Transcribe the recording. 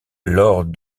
lors